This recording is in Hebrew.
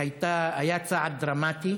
והיה צעד דרמטי